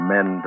Men